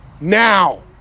now